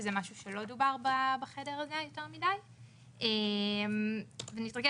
שזה משהו שלא דובר עליו יותר מדי בחדר הזה.